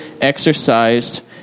exercised